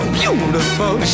beautiful